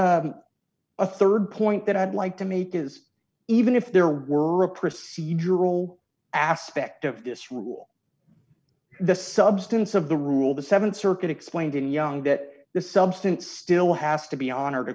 rd point that i'd like to make is even if there were a procedural aspect of this rule the substance of the rule the th circuit explained in young that the substance still has to be honored